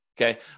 Okay